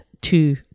two